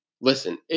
Listen